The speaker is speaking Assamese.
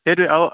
সেইটোৱে আৰু